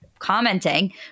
commenting